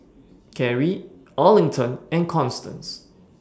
Karrie Arlington and Constance